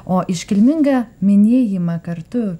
o iškilmingą minėjimą kartu